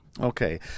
okay